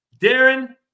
Darren